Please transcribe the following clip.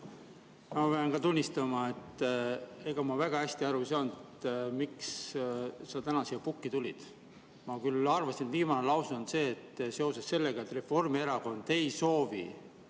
Ma pean ka tunnistama, et ega ma väga hästi aru ei saanud, miks sa täna siia pukki tulid. Ma küll arvasin, et viimane lause on see, et seoses sellega, et Reformierakond ei soovi